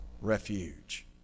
refuge